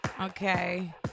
Okay